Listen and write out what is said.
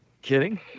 kidding